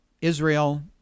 Israel